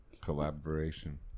Collaboration